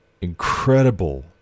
incredible